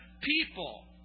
people